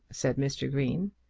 said mr. green.